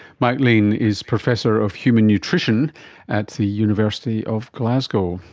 mike lean is professor of human nutrition at the university of glasgow